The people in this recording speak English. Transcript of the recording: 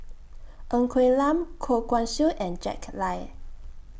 Ng Quee Lam Goh Guan Siew and Jack Lai